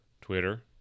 twitter